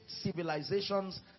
civilizations